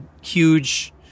huge